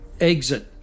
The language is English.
exit